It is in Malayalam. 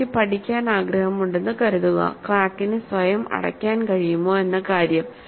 എനിക്ക് പഠിക്കാൻ ആഗ്രഹമുണ്ടെന്ന് കരുതുക ക്രാക്കിന് സ്വയം അടയ്ക്കാൻ കഴിയുമോ എന്ന കാര്യം